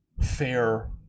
fair